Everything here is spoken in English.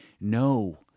no